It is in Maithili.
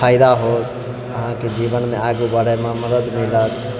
फाइदा हैत अहाँके जीवनमे आगे बढ़ैमे मदद मिलत